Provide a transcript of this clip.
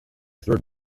third